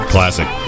Classic